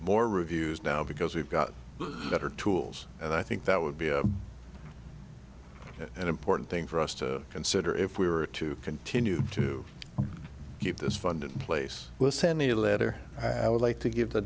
more reviews now because we've got better tools and i think that would be a an important thing for us to consider if we were to continue to keep this fund in place will send me a letter i would like to give the